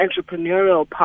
entrepreneurial